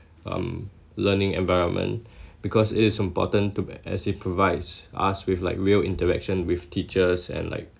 um learning environment because it is important to be as it provides us with like real interaction with teachers and like